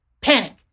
panic